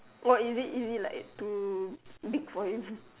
oh is it is it like too big for him